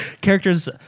characters